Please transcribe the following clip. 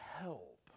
help